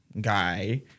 guy